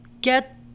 get